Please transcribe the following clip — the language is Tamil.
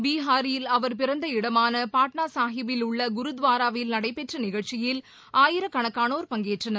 பீஹாரில் அவர் பிறந்த இடமாள பாட்னா சாகிப்பில் உள்ள குருதவாராவில் நடைபெற்ற நிகழ்ச்சியில் ஆயிரக்கணக்கானோர் பங்கேற்றனர்